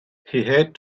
had